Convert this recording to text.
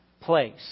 place